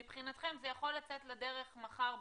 מבחינתכם זה יכול לצאת לדרך מחר בבוקר,